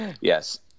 Yes